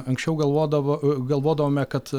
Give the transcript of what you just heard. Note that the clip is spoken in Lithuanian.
anksčiau galvodavo a galvodavome kad